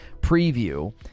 preview